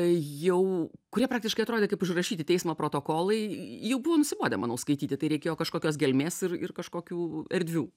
jau kurie praktiškai atrodė kaip užrašyti teismo protokolai jau buvo nusibodę manau skaityti tai reikėjo kažkokios gelmės ir ir kažkokių erdvių